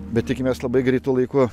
bet tikimės labai greitu laiku